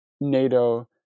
NATO